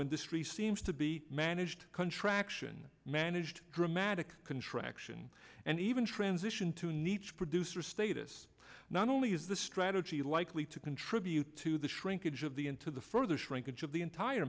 industry seems to be managed contraction managed dramatic contraction and even transition to needs producer status not only is the strategy likely to contribute to the shrinkage of the into the further shrinkage of the entire